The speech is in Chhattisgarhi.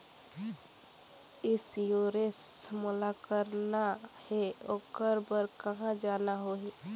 इंश्योरेंस मोला कराना हे ओकर बार कहा जाना होही?